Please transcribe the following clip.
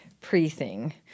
pre-thing